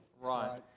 Right